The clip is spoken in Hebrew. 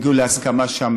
הגיעו להסכמה שם,